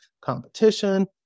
competition